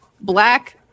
black